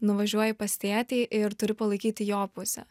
nuvažiuoji pas tėtį ir turi palaikyti jo pusę